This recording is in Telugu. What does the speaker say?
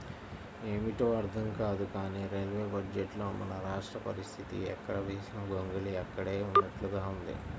ఏమిటో అర్థం కాదు కానీ రైల్వే బడ్జెట్లో మన రాష్ట్ర పరిస్తితి ఎక్కడ వేసిన గొంగళి అక్కడే ఉన్నట్లుగా ఉంది